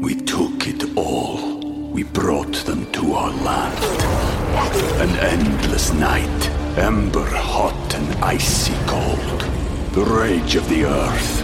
We took it all. We brought them to our land. An endless night, amber hot and icy cold. The rage of the earth.